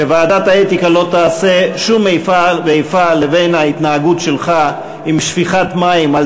שוועדת האתיקה לא תעשה שום איפה ואיפה בין ההתנהגות שלך עם שפיכת מים על